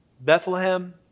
Bethlehem